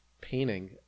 painting